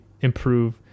improve